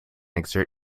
exert